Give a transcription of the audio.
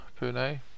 Pune